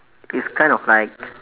it's kind of like